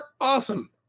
Awesome